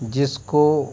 जिसको